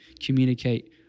communicate